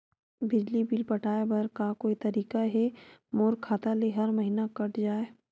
बिजली बिल पटाय बर का कोई तरीका हे मोर खाता ले हर महीना कट जाय?